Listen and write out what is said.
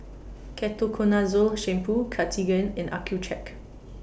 Ketoconazole Shampoo Cartigain and Accucheck